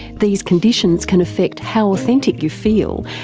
these conditions can affect how authentic you feel,